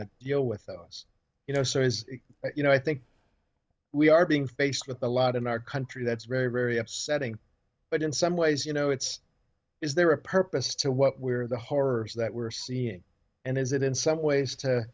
to deal with those you know so as you know i think we are being faced with a lot in our country that's very very upsetting but in some ways you know it's is there a purpose to what we're the horrors that we're seeing and is it in some ways to